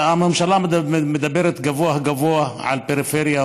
הממשלה מדברת גבוהה-גבוהה על פריפריה,